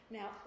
Now